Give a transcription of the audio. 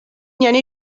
یعنی